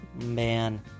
Man